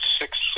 six